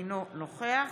אינו נוכח